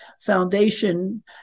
foundation